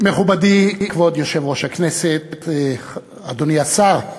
מכובדי, כבוד יושב-ראש הכנסת, אדוני השר,